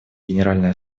генеральной